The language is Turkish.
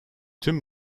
tüm